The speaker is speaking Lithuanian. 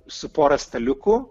su pora staliukų